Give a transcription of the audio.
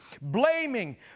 blaming